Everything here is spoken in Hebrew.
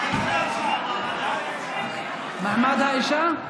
מעמד האישה.